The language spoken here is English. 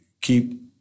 keep